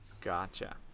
Gotcha